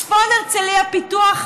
צפון הרצליה פיתוח,